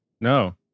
No